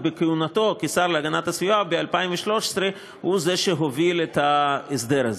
ובכהונתו כשר להגנת הסביבה ב-2013 הוא היה זה שהוביל את ההסדר הזה.